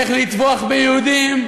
איך לטבוח ביהודים,